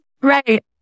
right